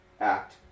act